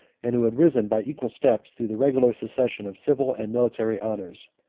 and who had risen, by equal steps, through the regular succession of civil and military honors.